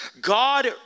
God